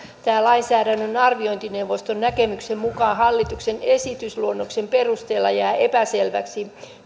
tämän lainsäädännön arviointineuvoston näkemyksen mukaan hallituksen esitysluonnoksen perusteella jää epäselväksi